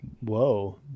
Whoa